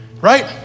right